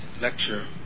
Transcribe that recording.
lecture